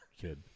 kid